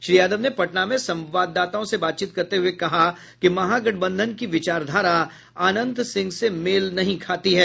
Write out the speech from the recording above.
श्री यादव ने पटना में संवाददाताओं से बातचीत करते हुए कहा कि महागठबंधन की विचारधारा अनंत सिह से मेल नहीं खाती है